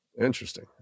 Interesting